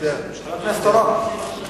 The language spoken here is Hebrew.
חבר הכנסת אורון,